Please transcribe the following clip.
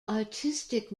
artistic